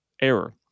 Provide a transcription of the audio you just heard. error